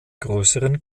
größeren